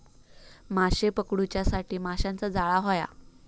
माशे पकडूच्यासाठी माशाचा जाळां होया